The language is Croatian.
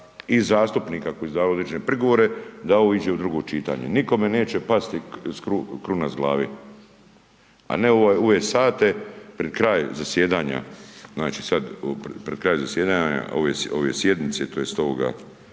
i zastupnika koji su davali određene prigovore da ovo iđe u drugo čitanje, nikome neće pasti kruna s glave, a ne u ove sate prid kraj zasjedanja, znači sad pred kraj zasjedanja ove sjednice tj. ovoga